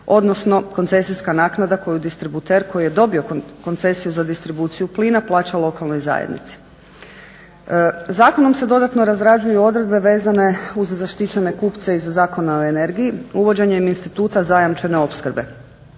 odnosno koncesijska naknada koju distributer koji je dobio koncesiju za distribuciju plina plaća lokalnoj zajednici. Zakonom se dodatno razrađuju odredbe vezane uz zaštićene kupce iz Zakona o energiji, uvođenjem instituta zajamčene opskrbe.